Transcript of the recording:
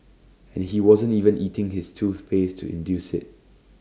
and he wasn't even eating his toothpaste to induce IT